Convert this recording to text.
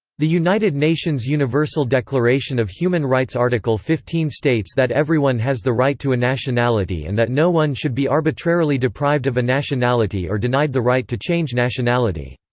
the united nations universal declaration of human rights article fifteen states that everyone has the right to a nationality and that no one should be arbitrarily deprived of a nationality or denied the right to change nationality.